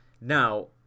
Now